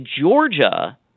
Georgia